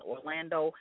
Orlando